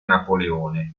napoleone